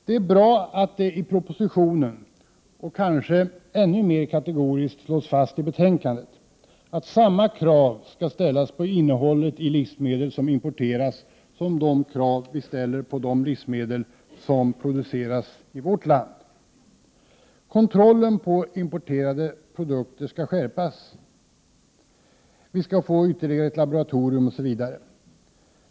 Det är bra att det i propositionen, och kanske ännu mera kategoriskt i betänkandet, slås fast att samma krav skall ställas på innehållet i livsmedel som importeras som på de livsmedel som produceras i vårt land. Kontrollen på importerade produkter skall skärpas. Vi skall få ytterligare ett laboratorium osv.